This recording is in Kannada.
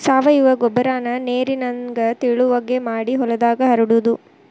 ಸಾವಯುವ ಗೊಬ್ಬರಾನ ನೇರಿನಂಗ ತಿಳುವಗೆ ಮಾಡಿ ಹೊಲದಾಗ ಹರಡುದು